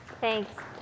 Thanks